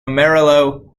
amarillo